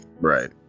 right